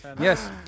Yes